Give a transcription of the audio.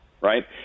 right